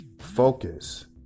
Focus